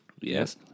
yes